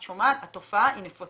את שומעת, התופעה היא נפוצה.